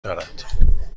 دارد